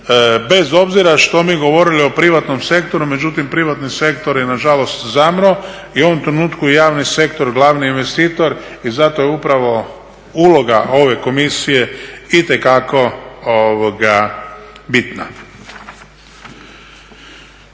bez obzira što mi govorili o privatnom sektoru, međutim privatni sektor je na žalost zamro i u ovom trenutku je javni sektor glavni investitor i zato je upravo uloga ove Komisije itekako bitna.